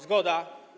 Zgoda.